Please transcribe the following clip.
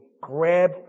grab